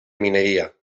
mineria